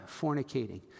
fornicating